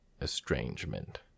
Estrangement